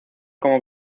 como